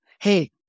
Hey